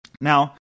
Now